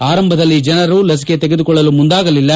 ಆರಂಭದಲ್ಲಿ ಜನರು ಲಸಿಕೆ ತೆಗೆದುಕೊಳ್ಳಲು ಮುಂದಾಗಲಿಲ್ಲ